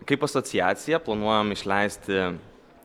kaip asociacija planuojam išleisti